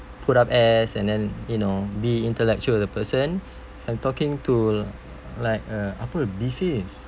put up airs and then you know be intellectual with the person and talking to like uh apa B face